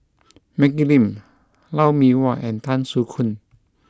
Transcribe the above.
Maggie Lim Lou Mee Wah and Tan Soo Khoon